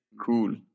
Cool